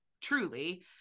truly